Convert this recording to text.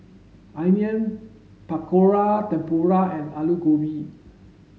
Onion Pakora Tempura and Alu Gobi